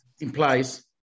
implies